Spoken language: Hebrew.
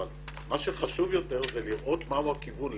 אבל מה שחשוב יותר זה לראות מהו הכיוון,